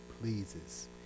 pleases